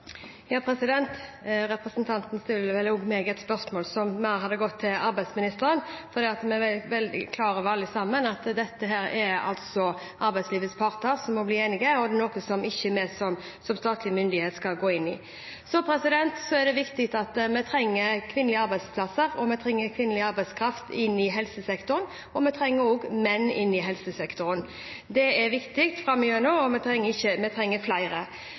Representanten stiller vel meg et spørsmål som heller skulle gått til arbeidsministeren. Vi er alle sammen klar over at her er det arbeidslivets parter som må bli enige, og noe som ikke vi som statlig myndighet skal gå inn i. Så er det viktig: Vi trenger kvinnelige arbeidsplasser, vi trenger kvinnelig arbeidskraft inn i helsesektoren, og vi trenger også menn inn i helsesektoren. Det er viktig framover, og vi trenger flere. Innen det ansvarsområdet som jeg har – det ser vi